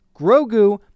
Grogu